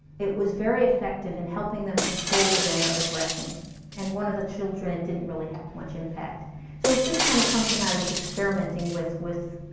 it was very effective in helping them control their aggression and one of the children, it didn't really have much impact so it's just kind of something i was experimenting with, with